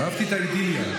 אהבתי את האידיליה.